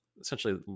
Essentially